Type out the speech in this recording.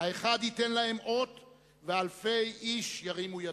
האחד ייתן להם אות ואלפי איש ירימו ידיים'.